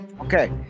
Okay